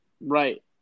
Right